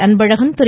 Anbazhagan Thiru